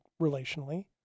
relationally